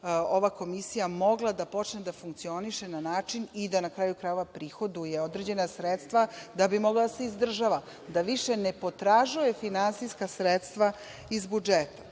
ova komisija mogla da počne da funkcioniše na način i da na kraju krajeva, prihoduje određena sredstva da bi mogla da se izdržava, da više ne potražuje finansijska sredstva iz budžeta. To